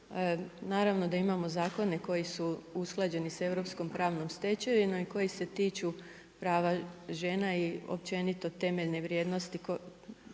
naravno da imamo zakone koji usklađeni sa europskom pravnom stečevinom, i koji se tiču prava žena i općenito ravnopravnosti